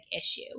issue